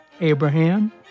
Abraham